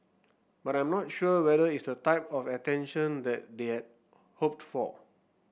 but I'm not sure whether it's the type of attention that they had hoped for